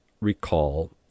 recall